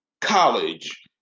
college